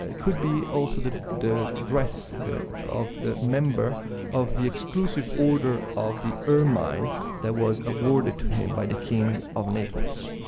ah could be also the the dress of the member of the exclusive order of the ermine that was awarded to him by the king of naples.